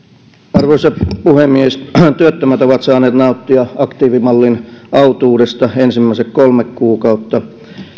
arvoisa puhemies työttömät ovat saaneet nauttia aktiivimallin autuudesta ensimmäiset kolme kuukautta